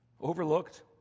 Overlooked